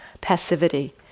passivity